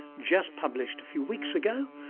just published a few weeks ago,